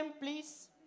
please